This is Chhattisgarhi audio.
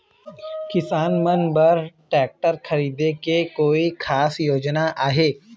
किसान मन बर ट्रैक्टर खरीदे के कोई खास योजना आहे?